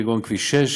כגון כביש 6